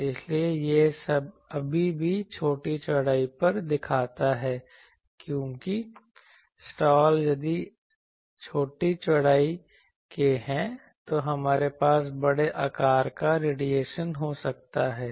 इसलिए यह अभी भी छोटी चौड़ाई पर दिखाता है क्योंकि स्लॉट यदि छोटी चौड़ाई के हैं तो हमारे पास बड़े आकार का रेडिएशन हो सकता है